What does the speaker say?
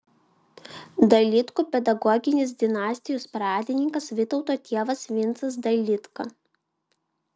dailidkų pedagoginės dinastijos pradininkas vytauto tėvas vincas dailidka